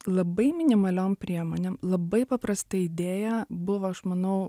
labai minimaliom priemonėm labai paprastai idėja buvo aš manau